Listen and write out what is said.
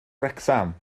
wrecsam